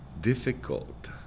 difficult